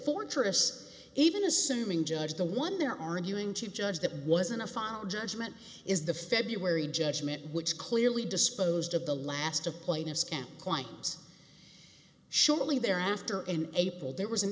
fortress even assuming judge the one they're arguing to judge that wasn't a final judgment is the february judgment which clearly disposed of the last of plaintiffs camp climes shortly thereafter in april there was an